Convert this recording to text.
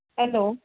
hello